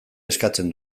eskatzen